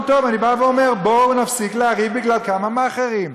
ואבוי, בואו נקים ארגון.